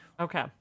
Okay